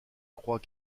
croit